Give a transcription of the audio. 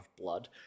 blood